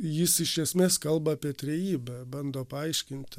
jis iš esmės kalba apie trejybę bando paaiškinti